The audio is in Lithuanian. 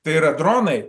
tai yra dronai